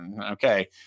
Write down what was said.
okay